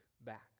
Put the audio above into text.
back